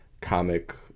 comic